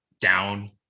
down